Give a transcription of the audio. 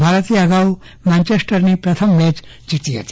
ભારતે અગાઉ મેન્ચેસ્ટરની પ્રથમ મેચ જીતી હતી